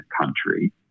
country